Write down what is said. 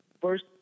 first